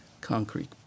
concrete